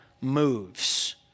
moves